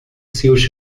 seus